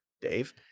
Dave